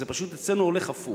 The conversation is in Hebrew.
זה פשוט, אצלנו זה הולך הפוך.